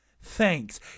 Thanks